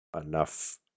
enough